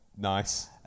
Nice